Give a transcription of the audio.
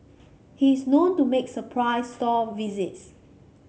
he is known to make surprise store visits